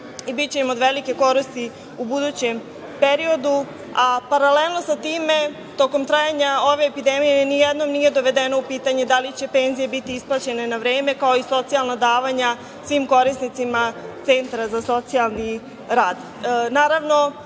i biće im od velike koristi u budućem periodu, a paralelno sa time, tokom trajanja ove epidemije nijednom nije dovedeno u pitanje da li će penzije biti isplaćene na vreme, kao i socijalna davanja svim korisnicima Centra za socijalni